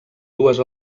dues